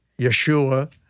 Yeshua